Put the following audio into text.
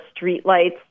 streetlights